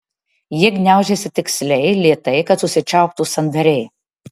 jie gniaužiasi tiksliai lėtai kad užsičiauptų sandariai